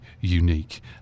unique